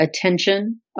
attention